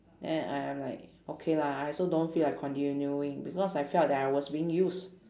then I I'm like okay lah I also don't feel like continuing because I felt that I was being used